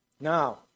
Now